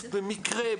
במקרה,